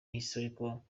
historical